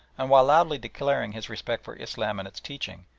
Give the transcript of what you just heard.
and, while loudly declaring his respect for islam and its teaching,